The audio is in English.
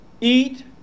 Eat